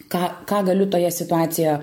ką ką galiu toje situacijoje